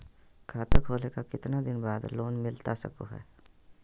खाता खोले के कितना दिन बाद लोन मिलता सको है?